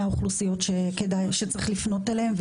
האוכלוסיות שכדאי וצריך לפנות אליהן.